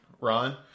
Ron